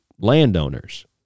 landowners